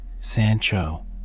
Sancho